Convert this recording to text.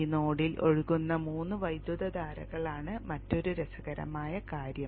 ഈ നോഡിൽ ഒഴുകുന്ന 3 വൈദ്യുതധാരകളാണ് മറ്റൊരു രസകരമായ കാര്യം